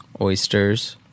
Oysters